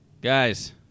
guys